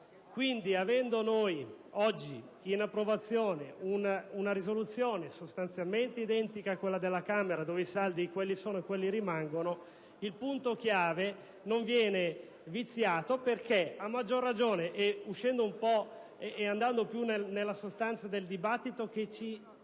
Quindi, avendo noi oggi all'approvazione una risoluzione sostanzialmente identica a quella della Camera - dove i saldi quelli sono e quelli rimangono - il punto chiave non viene viziato, a maggior ragione andando più nella sostanza del dibattito che ci